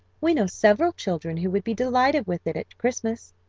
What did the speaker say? we know several children who would be delighted with it at christmas.